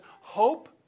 hope